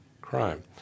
crime